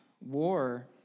war